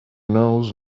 knows